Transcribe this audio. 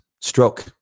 Stroke